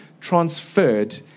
transferred